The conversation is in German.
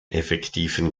effektiven